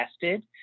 tested